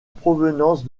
provenance